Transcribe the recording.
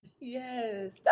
Yes